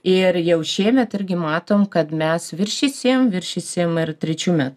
ir jau šiemet irgi matom kad mes viršysim viršysim ir trečių me